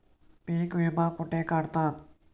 पीक विमा कुठे काढतात?